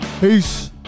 Peace